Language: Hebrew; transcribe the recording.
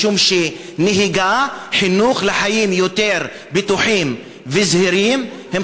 משום שחינוך לחיים יותר בטוחים וזהירים בנהיגה,